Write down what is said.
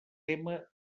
tema